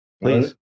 Please